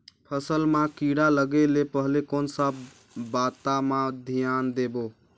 फसल मां किड़ा लगे ले पहले कोन सा बाता मां धियान देबो?